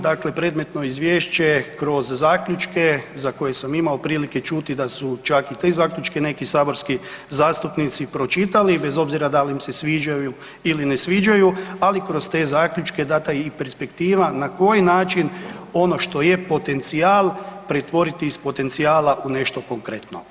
Dakle, predmetno izvješće kroz zaključke za koje sam imao prilike čuti da su čak i te zaključke neki saborski zastupnici pročitali, bez obzira da li im se sviđaju ili ne sviđaju, ali kroz te zaključke dana je i perspektiva na koji način ono što je potencijal, pretvoriti iz potencijala u nešto konkretno.